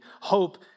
Hope